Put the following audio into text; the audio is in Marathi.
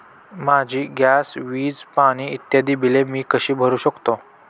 माझी गॅस, वीज, पाणी इत्यादि बिले मी कशी भरु शकतो?